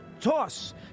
Toss